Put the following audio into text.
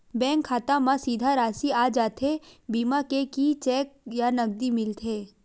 Bank खाता मा सीधा राशि आ जाथे बीमा के कि चेक या नकदी मिलथे?